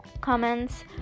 comments